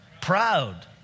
proud